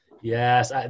Yes